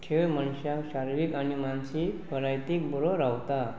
खेळ मनशाक शारिरीक आनी मानसीक भलायकीक बरो रावता